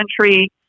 country